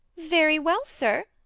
very well, sir!